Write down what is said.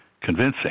convincing